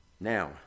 now